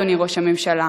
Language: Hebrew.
אדוני ראש הממשלה,